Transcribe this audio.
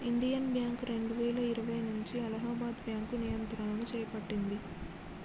Indian bank రెండువేల ఇరవై నుంచి అలహాబాద్ బ్యాంకు నియంత్రణను చేపట్టింది